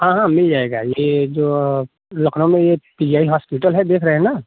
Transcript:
हाँ हाँ मिल जाएगा ये जो लखनऊ में ये पी जी आई हॉस्पिटल है देख रहे हैं ना